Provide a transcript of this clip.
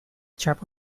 chap